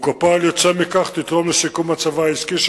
וכפועל יוצא מכך תתרום לשיקום מצבה העסקי של